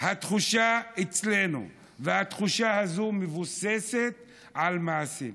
התחושה אצלנו, והתחושה הזאת מבוססת על מעשים.